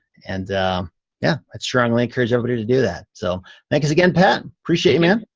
and yeah, i strongly encourage everybody to do that. so thanks again pat, appreciate you, man,